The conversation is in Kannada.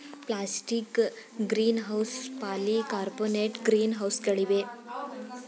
ಪ್ಲಾಸ್ಟಿಕ್ ಗ್ರೀನ್ಹೌಸ್, ಪಾಲಿ ಕಾರ್ಬೊನೇಟ್ ಗ್ರೀನ್ ಹೌಸ್ಗಳಿವೆ